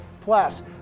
Plus